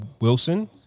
Wilson